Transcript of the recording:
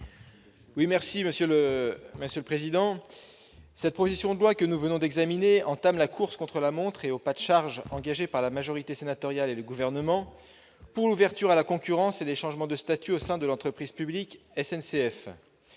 pour explication de vote. La proposition de loi que nous venons d'examiner inaugure la course, contre la montre et au pas de charge, engagée par la majorité sénatoriale et le Gouvernement pour l'ouverture à la concurrence et les changements de statut au sein de l'entreprise publique SNCF.